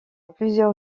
plusieurs